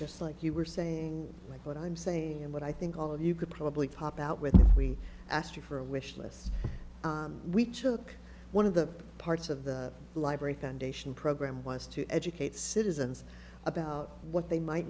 just like you were saying like what i'm saying and what i think all of you could probably pop out with if we asked you for a wish list we took one of the parts of the library foundation program was to educate citizens about what they might